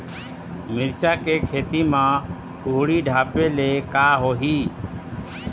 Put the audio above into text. मिरचा के खेती म कुहड़ी ढापे ले का होही?